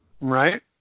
Right